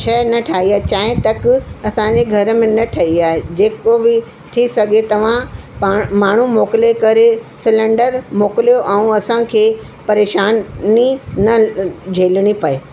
शइ न ठाहीं आहे चांहि तक असांजे घर में न ठहीं आहे जेको बि थी सघे तव्हां पाणि माण्हू मोकिले करे सिलैंडर मोकिलियो ऐं असांखे परेशान नी न झेलिणी पए